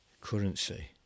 currency